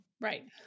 Right